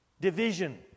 Division